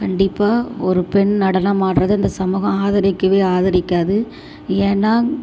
கண்டிப்பாக ஒரு பெண் நடனம் ஆடுறது இந்த சமூகம் ஆதிரிக்கவே ஆதிரிக்காது ஏன்னா